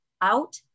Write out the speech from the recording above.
out